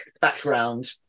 background